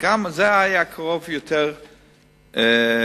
והיא היתה קרובה להתקבל,